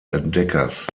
entdeckers